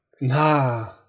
no